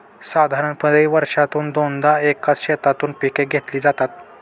साधारणपणे वर्षातून दोनदा एकाच शेतातून पिके घेतली जातात